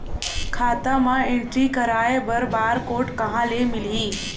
खाता म एंट्री कराय बर बार कोड कहां ले मिलही?